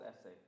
essay